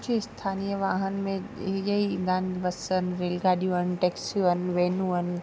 कुझु स्थानीअ वाहन में इहे ईंदा आहिनि बस आहिनि रेलॻाॾियूं आहिनि टेक्सियूं आहिनि वेनूं आहिनि